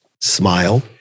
smile